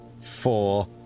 four